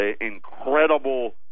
incredible